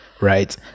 right